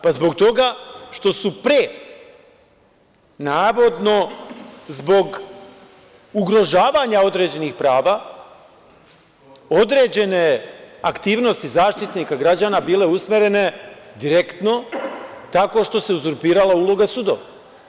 Pa zbog toga što su pre, navodno, zbog ugrožavanja određenih prava određene aktivnosti Zaštitnika građana bile usmerene direktno tako što se uzurpirala uloga sudova, pa i tužilaštava.